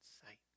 sight